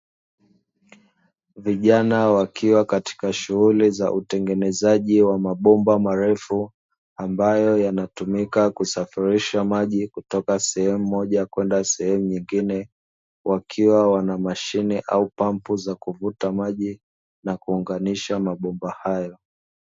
Vijana wakiwa katika shughuli za utengenezaji wa mabomba marefu, ambayo yanatumika kusafirisha maji kutoka sehemu moja kwenda sehemu nyingine, wakiwa wanamashine au pampu za kuvuta maji na kuunganisha mabomba hayo.